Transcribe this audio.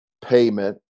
payment